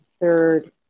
third